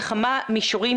בכמה מישורים.